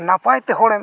ᱱᱟᱯᱟᱭᱛᱮ ᱦᱚᱲᱮᱢ